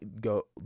go